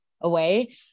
away